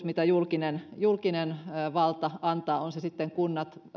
mitä julkinen julkinen valta antaa ovat ne sitten kunnat